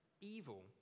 evil